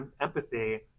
empathy